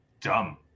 dumb